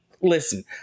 listen